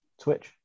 Twitch